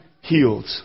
healed